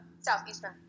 southeastern